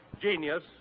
genius